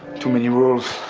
too many rules